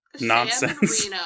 nonsense